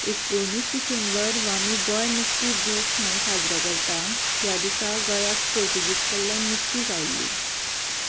एकोणीस डिसेंबर व्हो आमी गोंय मुक्ती दीस म्हणू साजरो करता ह्या दिसा गोंयाक पोर्तुगीज कडल्यान मुक्ती गावल्ली